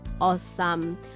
awesome